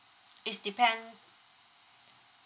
it's depend